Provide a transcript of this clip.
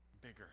bigger